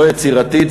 לא יצירתית,